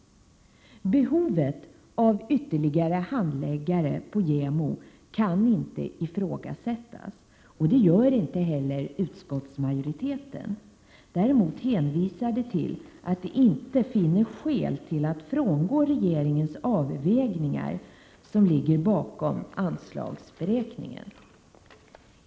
Behovet av ytterligare handläggare på JämO kan inte ifrågasättas, och det gör inte heller utskottsmajoriteten. Daremot hänvisar majoriteten till att den inte finner skäl att frångå regeringens avvägningar som ligger bakom anslagsberäkningen.